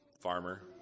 farmer